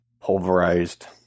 pulverized